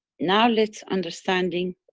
now let's understanding,